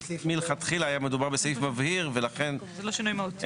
שמלכתחילה היה מדובר בסעיף מבהיר ולכן ללא שינוי מהותי.